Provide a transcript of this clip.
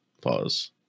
pause